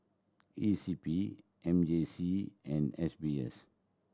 E C P M J C and S B S